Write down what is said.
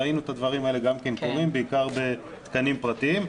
ראינו את הדברים האלה גם כן קורים בעיקר בתקנים פרטיים.